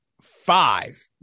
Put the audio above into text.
five